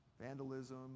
vandalism